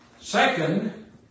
Second